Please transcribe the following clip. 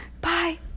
Bye